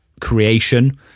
creation